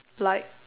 like